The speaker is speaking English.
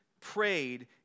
prayed